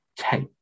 take